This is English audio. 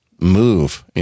move